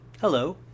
Hello